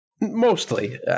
Mostly